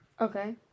Okay